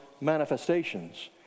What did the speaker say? manifestations